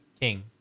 King